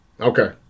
Okay